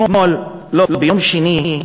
ביום שני,